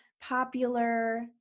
popular